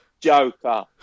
Joker